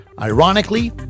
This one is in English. Ironically